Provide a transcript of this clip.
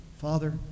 Father